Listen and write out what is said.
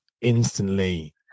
instantly